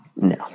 No